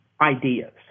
ideas